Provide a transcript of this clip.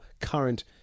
current